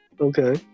Okay